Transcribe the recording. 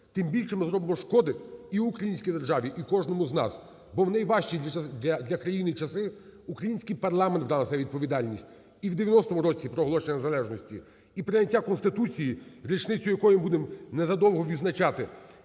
тим більше ми зробимо шкоди і українській державі, і кожному з нас, бо в найважчі для країни часи український парламент брався за відповідальність: і в 90-му році проголошення Незалежності, і прийняття Конституції, річницю якої будемо незадовго відзначати,